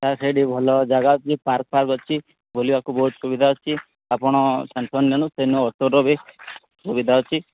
sir ସେଇଠି ଭଲ ଜାଗା ଅଛି ପାର୍କ ଫାର୍କ ଅଛି ବୁଲିବାକୁ ବହୁତ ସୁବିଧା ଅଛି ଆପଣ ଟେନ୍ସନ୍ ନିଅନ୍ତୁ ସେଠି ଅଟୋର ବି ସୁବିଧା ଅଛି